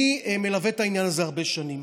אני מלווה את העניין הזה הרבה שנים.